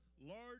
large